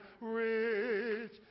rich